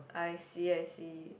I see I see